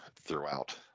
throughout